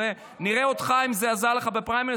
נראה אותך אם זה עזר לך בפריימריז,